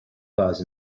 claus